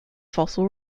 fossil